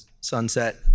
sunset